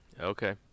Okay